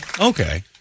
okay